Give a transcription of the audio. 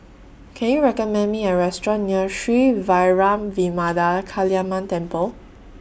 Can YOU recommend Me A Restaurant near Sri Vairavimada Kaliamman Temple